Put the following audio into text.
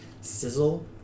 sizzle